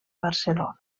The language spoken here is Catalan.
barcelona